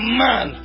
man